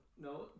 No